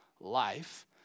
life